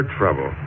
trouble